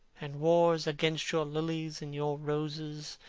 and wars against your lilies and your roses.